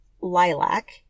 lilac